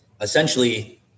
essentially